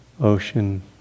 ocean